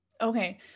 Okay